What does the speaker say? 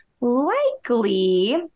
likely